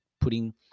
putting